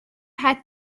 had